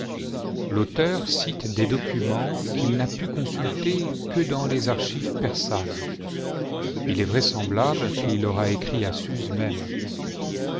l'auteur cite des documents qu'il n'a pu consulter que dans les archives persanes il est vraisemblable qu'il aura écrit à suse même